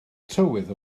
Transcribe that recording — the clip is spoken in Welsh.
tywydd